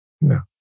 No